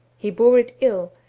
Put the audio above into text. he bore it ill,